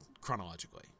chronologically